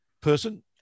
person